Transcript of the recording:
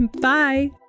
Bye